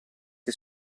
che